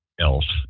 else